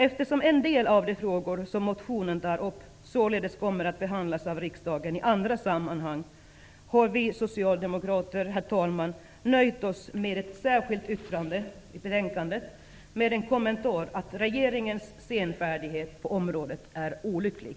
Eftersom en del av de frågor som motionen tar upp således kommer att behandlas av riksdagen i andra sammanhang, har vi socialdemokrater nöjt oss med ett särskilt yttrande med en kommentar att regeringens senfärdighet på området är olycklig.